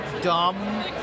dumb